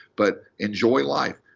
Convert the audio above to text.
but enjoy life.